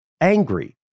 angry